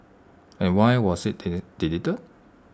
and why was IT deleted